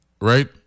right